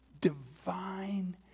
divine